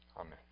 Amen